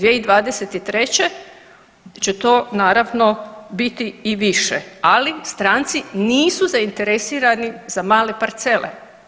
2023. će to naravno biti i više, ali stranici nisu zainteresirani za male parcele.